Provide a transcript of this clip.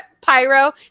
pyro